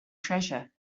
treasure